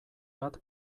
bat